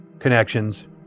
Connections